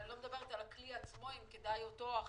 אני לא מדברת על הכלי עצמו אם כדאי אותו או אחרים,